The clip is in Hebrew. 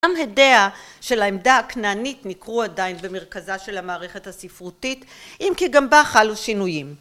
גם הדיה של העמדה הכנענית ניכרו עדיין במרכזה של המערכת הספרותית, אם כי גם בה חלו שינויים